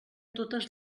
totes